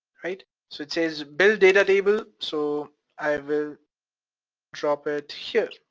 right? so it says build data table, so i will drop it here,